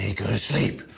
go to sleep,